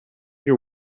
your